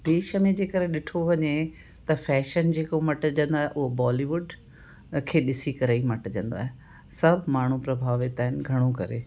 देश में जेकर ॾिठो वञे त फैशन जेको मटिजंदो आहे उहो बॉलीवुड खे ॾिसी करे ई मटिजंदो आहे सभु माण्हू प्रभावित आहिनि घणो करे